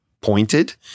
pointed